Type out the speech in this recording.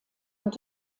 und